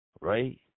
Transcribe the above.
right